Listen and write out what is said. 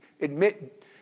Admit